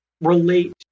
relate